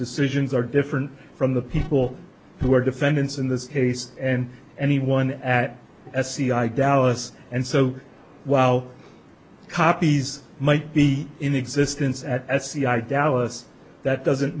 decisions are different from the people who are defendants in this case and anyone at sci dallas and so while copies might be in existence at sci dallas that doesn't